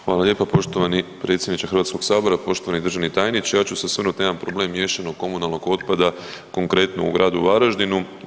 Hvala lijepa poštovani predsjedniče HS-a, poštovani državni tajniče, ja ću se osvrnuti na jedan problem miješanog komunalnog otpada, konkretno u gradu Varaždinu.